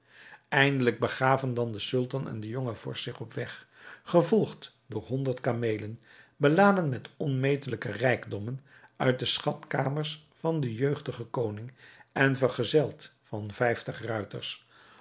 eindelijk begaven dan de sultan en de jonge vorst zich op weg gevolgd door honderd kameelen beladen met onmetelijke rijkdommen uit de schatkamers van den jeugdigen koning en vergezeld van vijftig ruiters